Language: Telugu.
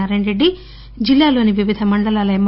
నారాయణరెడ్డి జిల్లాలోని వివిధ మండలాలఎం